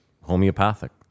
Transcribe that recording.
homeopathic